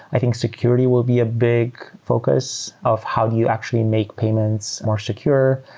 i think security will be a big focus of how do you actually make payments more secure.